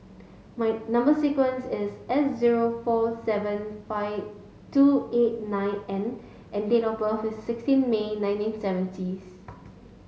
my number sequence is S zero four seven five two eight nine N and date of birth is sixteen May nineteen seventieth